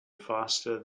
faster